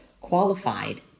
qualified